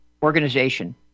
Organization